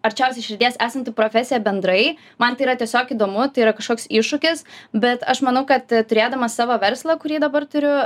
arčiausiai širdies esanti profesija bendrai man tai yra tiesiog įdomu tai yra kažkoks iššūkis bet aš manau kad turėdama savo verslą kurį dabar turiu